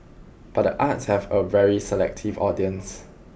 but the arts has a very selective audience